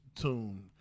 tune